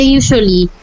usually